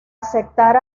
aceptar